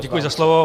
Děkuji za slovo.